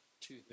two